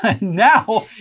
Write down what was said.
Now